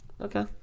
Okay